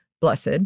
blessed